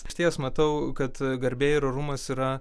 išties matau kad garbė ir orumas yra